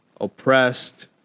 oppressed